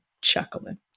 chuckling